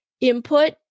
input